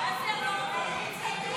51 בעד, 60 נגד.